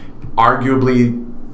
Arguably